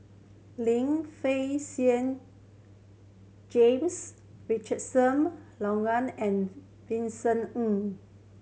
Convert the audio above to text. Lim Fei Shen James Richardson Logan and Vincent Ng